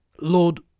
Lord